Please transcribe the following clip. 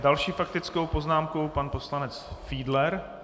Další faktickou poznámku pan poslanec Fiedler.